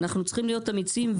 אנחנו צריכים להיות אמיצים,